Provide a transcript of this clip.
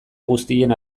guztien